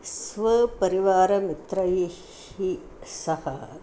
स्वपरिवारमित्रैः सह